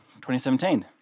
2017